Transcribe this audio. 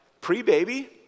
pre-baby